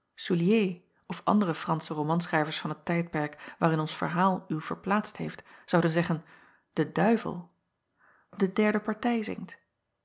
oulié of andere ransche romanschrijvers van het tijdperk waarin ons verhaal u verplaatst heeft zouden zeggen de uivel de derde partij zingt